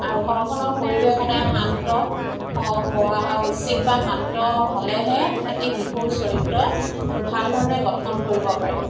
আৰু ঘৰখনৰ পৰিৱেশ সদায় শান্ত হ হোৱা উচিত বা শান্ত হ'লেহে এটি শিশুৰ চৰিত্ৰ ভাল ধৰণে গঠন কৰিব পাৰি